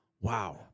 wow